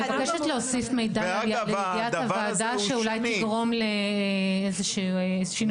אני מבקשת להוסיף מידע לידיעת הוועדה שאולי תגרום לאיזה שינוי.